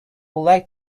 like